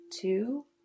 two